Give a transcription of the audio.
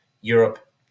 Europe